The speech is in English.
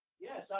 Yes